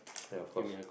then of course